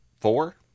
four